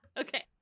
okay